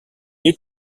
est